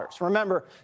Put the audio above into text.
Remember